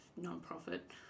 non-profit